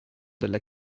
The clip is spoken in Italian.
della